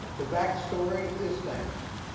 the back story is next.